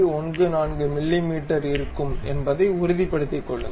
14 மிமீ இருக்கும் என்பதை உறுதிப்படுத்திக் கொள்ளுங்கள்